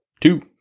Two